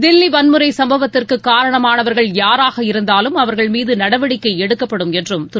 தில்லி வன்முறை சம்பவத்திற்கு காரணமானவர்கள் யாராக இருந்தாலும் அவர்கள் மீது நடவடிக்கை எடுக்கப்படும் என்றும் திரு